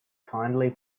kindly